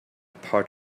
part